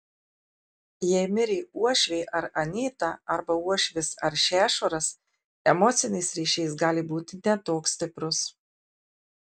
jei mirė uošvė ar anyta arba uošvis ar šešuras emocinis ryšys gali būti ne toks stiprus